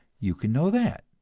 you can know that.